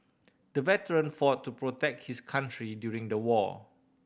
the veteran fought to protect his country during the war